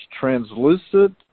translucent